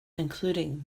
including